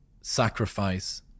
sacrifice